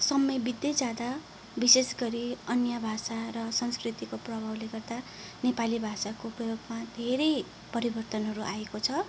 समय बित्दै जाँदा विशेष गरी अन्य भाषा र संस्कृतिको प्रभावले गर्दा नेपाली भाषाको प्रयोगमा धेरै परिवर्तनहरू आएको छ